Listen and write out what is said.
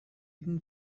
eden